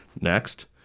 Next